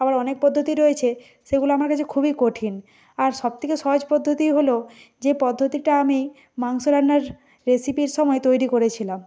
আবার অনেক পদ্ধতি রয়েছে সেগুলো আমার কাছে খুবই কঠিন আর সব থেকে সহজ পদ্ধতি হলো যে পদ্ধতিটা আমি মাংস রান্নার রেসিপির সময় তৈরি করেছিলাম